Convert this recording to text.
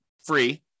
Free